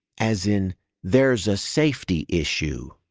as in there's a safety issue.